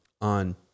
on